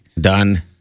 Done